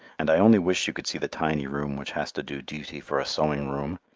and i only wish you could see the tiny room which has to do duty for a sewing-room.